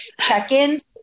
check-ins